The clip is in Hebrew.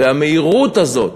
והמהירות הזאת,